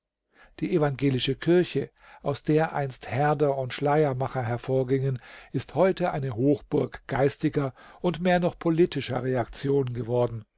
die evangelische kirche aus der einst herder und schleiermacher hervorgingen ist heute eine hochburg geistiger und mehr noch politischer reaktion geworden